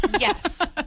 yes